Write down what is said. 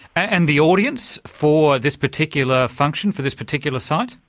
and the audience for this particular function, for this particular site?